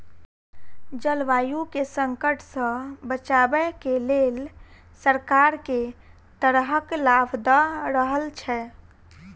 जलवायु केँ संकट सऽ बचाबै केँ लेल सरकार केँ तरहक लाभ दऽ रहल छै?